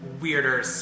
weirder